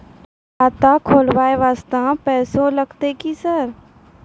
खाता खोलबाय वास्ते पैसो लगते की सर?